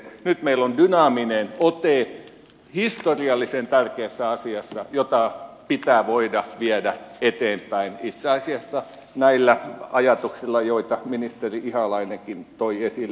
nyt meillä on dynaaminen ote historiallisen tärkeässä asiassa jota pitää voida viedä eteenpäin itse asiassa näillä ajatuksilla joita ministeri ihalainenkin toi esille